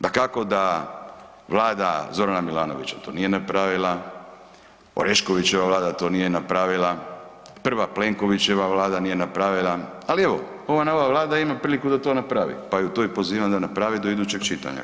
Dakako da Vlada Zorana Milanovića to nije napravila, Oreškovićeva Vlada to nije napravila, prva Plenkovićeva Vlada nije napravila, ali evo, ova nova Vlada ima priliku da to napravi pa ju to pozivam da napravi do idućeg čitanja.